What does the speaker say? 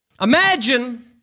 Imagine